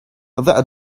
that